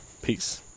Peace